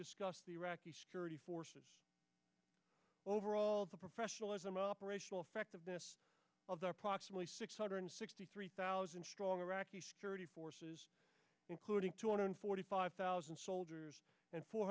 discuss the iraqi security forces overall the professionalism operational effectiveness of the approximately six hundred sixty three thousand strong iraqi security forces including two hundred forty five thousand soldiers and four